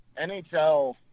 NHL